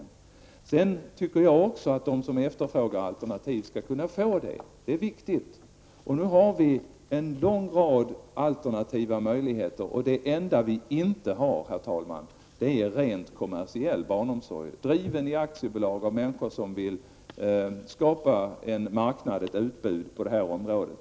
Men sedan tycker jag också att de som efterfrågar alternativ skall kunna få tillgång till sådana. Det är viktigt att den möjligheten finns. Nu finns det en lång rad alternativa möjligheter. Det enda som saknas, herr talman, är en rent kommersiell barnomsorg driven i aktiebolagsform av människor som vill skapa en marknad, ett utbud, på det här området.